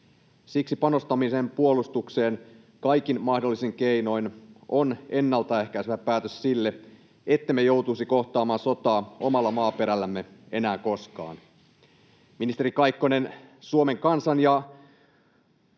Siksi panostaminen puolustukseen kaikin mahdollisin keinoin on ennaltaehkäisevä päätös sille, ettemme joutuisi kohtaamaan sotaa omalla maaperällämme enää koskaan.